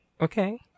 Okay